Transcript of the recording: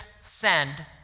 send